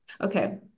Okay